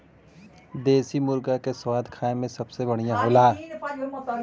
देसी मुरगा क स्वाद खाए में सबसे बढ़िया होला